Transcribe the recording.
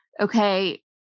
Okay